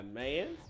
man